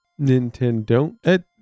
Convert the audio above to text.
Nintendo